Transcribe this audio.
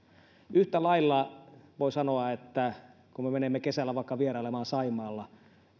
yhtä lailla voi sanoa että kun menemme kesällä vaikka vierailemaan saimaalle